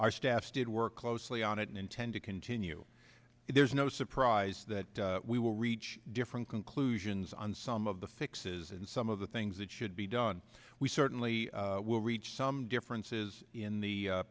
our staff did work closely on it and intend to continue it there's no surprise that we will reach different conclusions on some of the fixes and some of the things that should be done we certainly will reach some differences in the